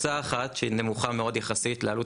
הוצאה אחת שהיא נמוכה מאוד יחסית לעלות